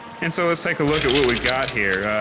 and so let's take a look at what we've got here.